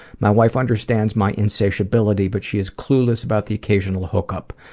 my wife understands my insatiability but she is clueless about the occasional hook-up.